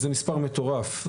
וזה מספר מטורף,